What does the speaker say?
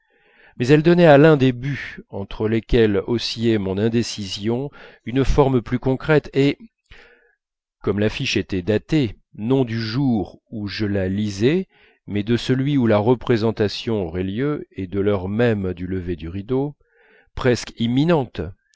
mais elle donnait à l'un des buts entre lesquels oscillait mon indécision une forme plus concrète et comme l'affiche était datée non du jour où je la lisais mais de celui où la représentation aurait lieu et de l'heure même du lever du rideau presque imminente